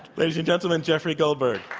ladies and gentlemen, jeffrey goldberg.